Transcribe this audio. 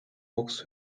mucks